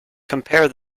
compare